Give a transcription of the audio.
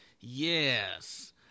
Yes